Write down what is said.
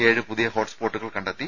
ഏഴ് പുതിയ ഹോട്ട്സ്പോട്ടുകൾ കണ്ടെത്തി